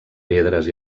pedres